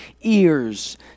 ears